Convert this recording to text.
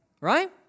right